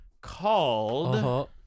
called